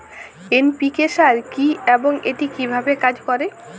NPK সার কি এবং এটি কিভাবে কাজ করে?